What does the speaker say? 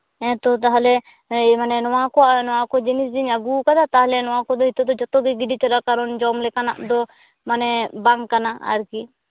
ᱦᱮᱸᱛᱚ ᱛᱟᱦᱚᱞᱮ ᱢᱟᱱᱮ ᱱᱚᱣᱟ ᱠᱚ ᱱᱚᱣᱟ ᱠᱚ ᱡᱤᱱᱤᱥ ᱡᱮᱧ ᱟᱹᱜᱩᱣᱟᱠᱟᱫᱟ ᱛᱟᱦᱚᱞᱮ ᱱᱚᱣᱟ ᱠᱚᱫᱚ ᱡᱚᱛᱚ ᱜᱮᱞᱮ ᱜᱤᱰᱤ ᱠᱟᱫᱟ ᱠᱟᱨᱚᱱ ᱡᱚᱢ ᱞᱮᱠᱟᱱᱟᱜ ᱫᱚ ᱢᱟᱱᱮ ᱵᱟᱝ ᱠᱟᱱᱟ ᱟᱨᱠᱤ